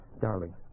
Darling